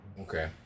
Okay